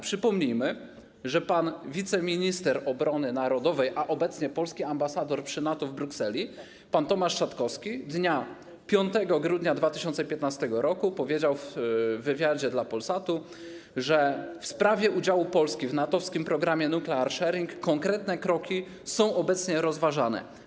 Przypomnijmy, że pan wiceminister obrony narodowej, a obecnie polski ambasador przy NATO w Brukseli, pan Tomasz Szatkowski dnia 5 grudnia 2015 r. powiedział w wywiadzie dla Polsatu, że w sprawie udziału Polski w NATO-wskim programie Nuclear Sharing konkretne kroki są obecnie rozważane.